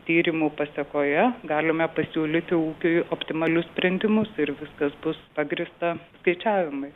tyrimų pasekoje galime pasiūlyti ūkiui optimalius sprendimus ir viskas bus pagrįsta skaičiavimais